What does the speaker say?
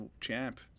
champ